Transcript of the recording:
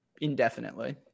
indefinitely